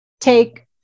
take